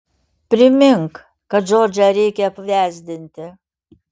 primink kad džordžą reikia apvesdinti